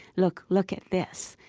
look. look at this.